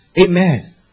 Amen